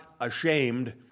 ashamed